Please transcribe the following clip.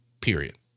period